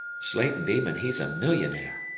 slatin beeman he's a millionaire.